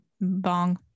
bong